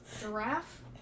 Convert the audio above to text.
Giraffe